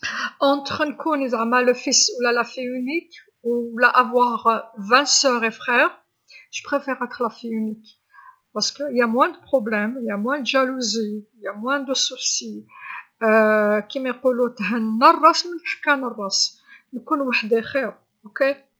بين نكون زعما طفل و لا طفله الوحيده و لا يكون عندي عشرين أخ و أخت، نفضل نكون طفله الوحيده، على خاطرش كاين مشاكل أقل، غيره أقل، مشاكل أقل، كيما يقولو تهنى الراس من حكه لراس نكون وحدي خير صحا؟